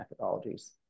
methodologies